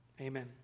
Amen